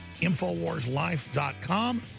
InfoWarsLife.com